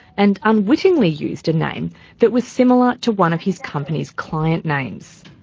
and unwittingly used a name that was similar to one of his company's client names.